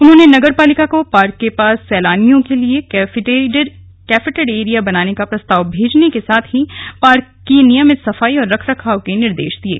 उन्होंने नगर पालिका को पार्क के पास सैलानियों के लिए कैफेटेड एरिया बनाने का प्रस्ताव भेजने के साथ ही पार्क की नियमित सफाई और रख रखाव के निर्देश दिये